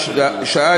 כהוראת שעה,